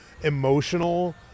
emotional